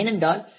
ஏனென்றால் ஜே